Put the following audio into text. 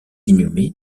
inhumé